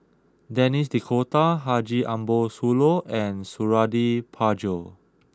Denis D'Cotta Haji Ambo Sooloh and Suradi Parjo